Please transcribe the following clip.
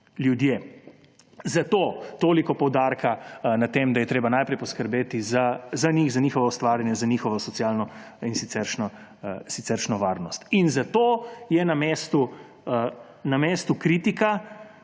ljudje. Zato toliko poudarka na tem, da je treba najprej poskrbeti za njih, za njihovo ustvarjanje, za njihovo socialno in siceršnjo varnost. In zato je na mestu kritika,